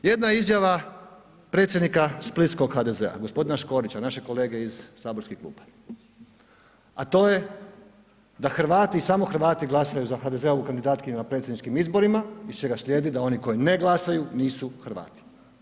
Jedna izjava predsjednika splitskog HDZ-a, g. Škorića, našeg kolege iz saborskih klupa a to je da Hrvati i samo Hrvati glasaju za HDZ-ovu kandidatkinju na predsjedničkim izborima iz čega slijedi da oni koji ne glasaju, nisu Hrvati.